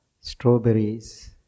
strawberries